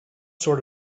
sort